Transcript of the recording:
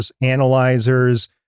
analyzers